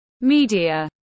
media